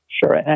Sure